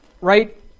right